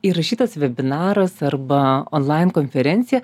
įrašytas vebinaras arba online konferencija